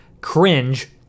cringe